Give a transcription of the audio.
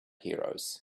heroes